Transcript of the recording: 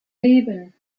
leben